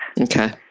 Okay